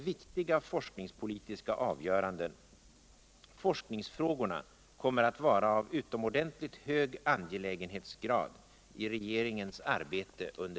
Vi står alltså inför